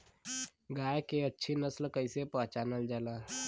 गाय के अच्छी नस्ल कइसे पहचानल जाला?